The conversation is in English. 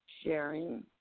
Sharing